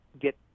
get